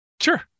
sure